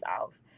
off